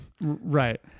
Right